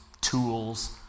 tools